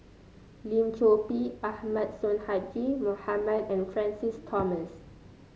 Lim Chor Pee Ahmad Sonhadji Mohamad and Francis Thomas